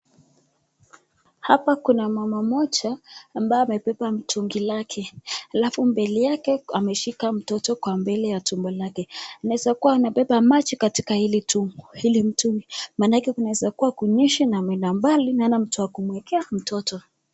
Hapa kuna mama mmoja ambaye amepeba mtungi wake. Alafu mbele yake ameshika mtoto kwa mbele ya tumbo yake. Inaweza kuwa anapeba maji katika hili mtungi. Maanake kunaweza kuwa kunyeshi na ameenda mbali na hana mtu wa kumuwekea mtoto.